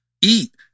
Eat